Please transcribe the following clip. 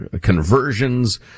conversions